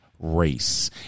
race